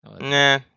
Nah